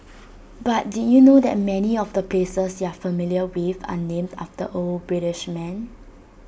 but did you know that many of the places you're familiar with are named after old British men